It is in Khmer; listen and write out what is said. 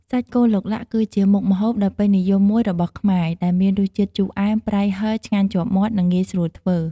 សាច់គោឡុកឡាក់ គឺជាមុខម្ហូបដ៏ពេញនិយមមួយរបស់ខ្មែរ ដែលមានរសជាតិជូរអែម ប្រៃ ហឹរ ឆ្ងាញ់ជាប់ចិត្ត និងងាយស្រួលធ្វើ។